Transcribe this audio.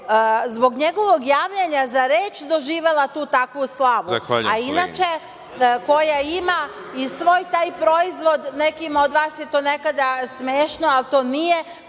zbog njegovog javljanja za reč doživela tu takvu slavu. Inače, koja ima i svoj taj proizvod, nekima od vas je to nekada smešno, ali to nije,